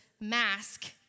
mask